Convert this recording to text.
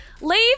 Leave